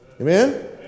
Amen